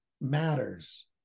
matters